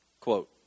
quote